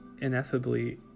ineffably